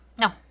No